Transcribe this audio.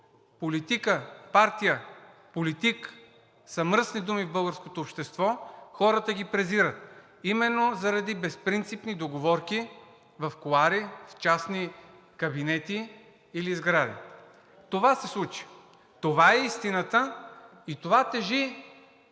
политика, партия, политик са мръсни думи в българското общество. Хората ги презират именно заради безпринципни договорки в кулоари, в частни кабинети или в сгради. Това се случи. Това е истината и това тежи